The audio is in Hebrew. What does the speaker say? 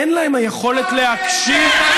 אין להם היכולת להקשיב,